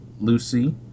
Lucy